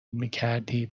میکردی